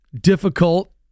difficult